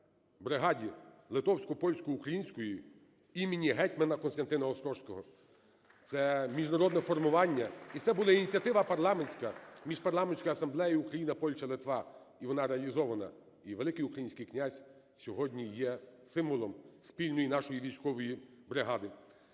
бригаді литовсько-польсько-української імені гетьмана Костянтина Острозького. Це міжнародне формування, і це була ініціатива парламентська Міжпарламентської асамблеї "Україна-Польща-Литва", і вона реалізована, і великий український князь сьогодні є символом спільної нашої військової бригади.